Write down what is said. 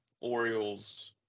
Orioles